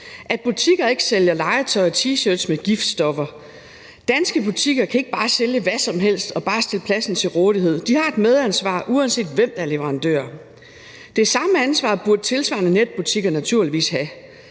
at butikker ikke sælger legetøj og T-shirts med giftstoffer. Danske butikker kan ikke bare sælge hvad som helst og bare stille pladsen til rådighed. De har et medansvar, uanset hvem der er leverandør. Det samme ansvar burde tilsvarende netbutikker naturligvis have.